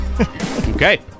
Okay